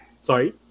sorry